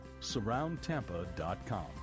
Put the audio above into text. surroundtampa.com